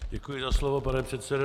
Děkuji za slovo, pane předsedo.